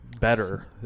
better